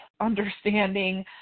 understanding